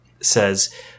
says